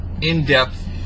in-depth